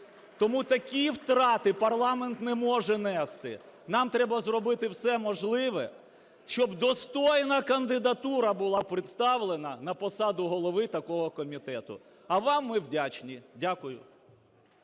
Тому такі втрати парламент не може нести. Нам треба зробити все можливе, щоб достойна кандидатура була представлена на посаду голови такого комітету. А вам ми вдячні. Дякую.